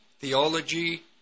theology